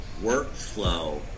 workflow